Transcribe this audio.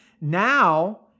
Now